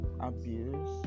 abuse